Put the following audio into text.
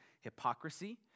hypocrisy